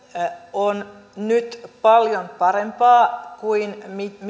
on nyt paljon parempaa kuin